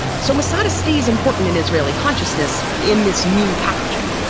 so masada stays important in israeli consciousness in this new packaging.